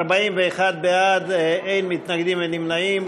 41 בעד, אין מתנגדים, אין נמנעים.